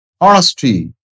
Honesty